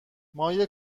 مایه